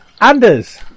Anders